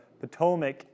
Potomac